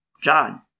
John